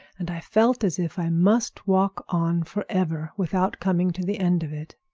and i felt as if i must walk on forever, without coming to the end of it.